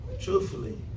truthfully